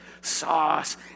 sauce